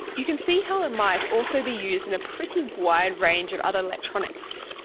you can see how it might also be used in a pretty wide range of other electronics.